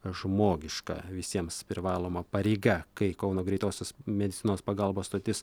žmogiška visiems privaloma pareiga kai kauno greitosios medicinos pagalbos stotis